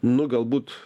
nu galbūt